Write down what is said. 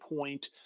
point